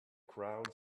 crowd